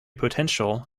potential